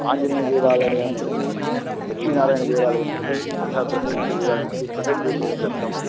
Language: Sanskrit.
आञ्जनेयदेवालयं प्रति लक्ष्मीनारायणदेवालयं प्रति तथा चेन्नकेश्वरदेवालयं प्रति पृथग्रूपेण दत्तम्